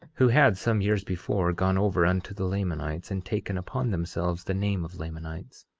who had some years before gone over unto the lamanites, and taken upon themselves the name of lamanites,